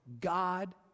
God